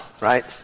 right